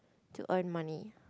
to earn money